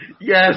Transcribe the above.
Yes